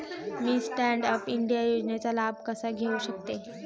मी stand up India योजनेचा लाभ कसा घेऊ शकते